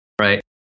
right